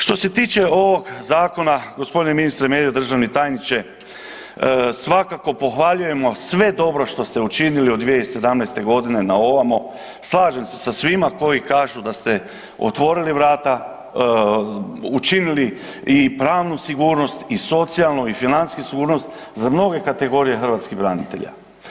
Što se tiče ovog zakona g. ministre Medved i državni tajniče, svakako pohvaljujemo sve dobro što ste učinili od 2017.g. na ovamo, slažem se sa svima koji kažu da ste otvorili vrata, učinili i pravnu sigurnost i socijalnu i financijsku sigurnost za mnoge kategorije hrvatskih branitelja.